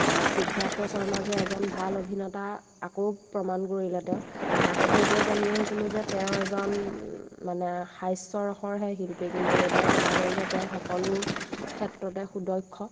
সিদ্ধাৰ্থ শৰ্মা যে এজন ভাল অভিনেতা আকৌ প্ৰমাণ কৰিলে তেওঁ আগতে এইটোৱে জানি আহিছিলোঁ যে তেওঁ এজন মানে হাস্যৰসৰ হে শিল্পী কিন্তু এইবাৰ জনা গ'ল যে তেওঁ সকলো ক্ষেত্ৰতে সুদক্ষ